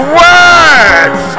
words